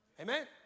Amen